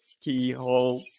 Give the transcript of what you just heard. keyhole